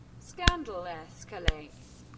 scandal escalates